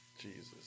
Jesus